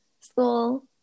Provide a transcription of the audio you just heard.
school